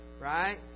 right